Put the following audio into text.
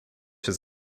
his